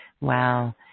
wow